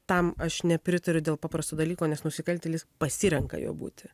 tam aš nepritariu dėl paprasto dalyko nes nusikaltėlis pasirenka juo būti